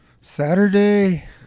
Saturday